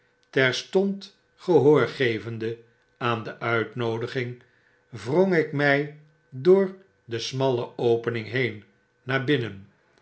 terstond g'ehoor gevende aan de uitnoodiging wrong ik mij door de smalle opening heen naar binnen